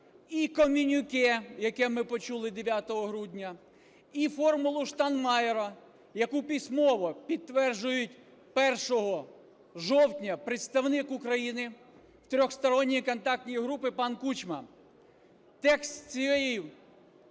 і комюніке, яке ми почули 9 грудня, і "формулу Штайнмайєра", яку письмово підтверджують 1 жовтня представник України в трьохсторонній контактній групі пан Кучма. Текст цього